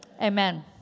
amen